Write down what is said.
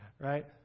Right